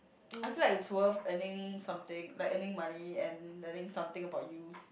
I feel like it's worth earning something like earning money and learning something about you